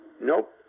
Nope